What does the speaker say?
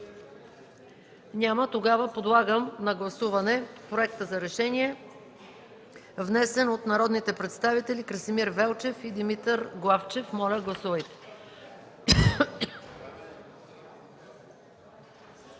Няма. Тогава подлагам на гласуване проекта за решение, внесен от народните представители Красимир Велчев и Димитър Главчев. Гласували